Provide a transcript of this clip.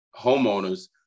homeowners